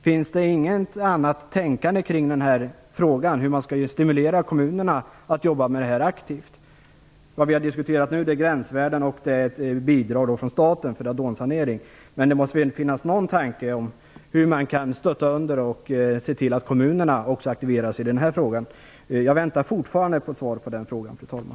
Finns det inget annat tänkande kring problemet med hur man skall stimulera kommunerna att aktivt jobba med detta? Det vi diskuterat nu är gränsvärden och bidrag från staten för radonsanering, men det måste väl ändå finnas någon tanke om hur man kan stötta kommunerna och se till att de aktiveras på det här området. Jag väntar fortfarande på ett svar på den frågan, fru talman.